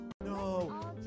No